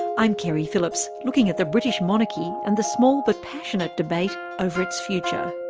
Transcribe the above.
i'm keri phillips, looking at the british monarchy and the small but passionate debate over its future.